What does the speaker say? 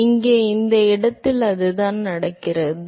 எனவே இங்கே இந்த இடத்தில் அதுதான் நடக்கிறது